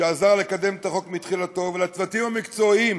שעזר לקדם את החוק מתחילתו, לצוותים המקצועיים